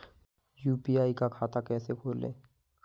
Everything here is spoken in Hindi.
यू.पी.आई का खाता कैसे खोलें?